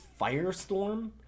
Firestorm